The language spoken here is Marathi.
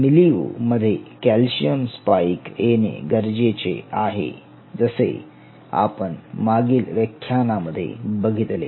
मिलिऊ मध्ये कॅल्शियम स्पाईक येणे गरजेचे आहे जसे आपण मागील व्याख्यानांमध्ये बघितले